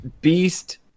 Beast